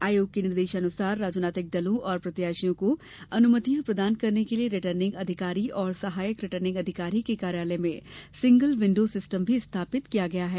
आयोग के निर्देशानुसार राजनीतिक दलों और प्रत्याशियों को अनुमतियां प्रदाय करने के लिये रिटर्निंग अधिकारी और सहायक रिटर्निंग अधिकारी के कार्यालय में सिंगल विंडो सिस्टम भी स्थापित किया गया है